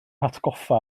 hatgoffa